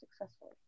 successfully